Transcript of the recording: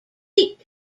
beat